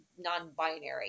non-binary